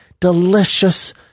delicious